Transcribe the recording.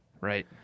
Right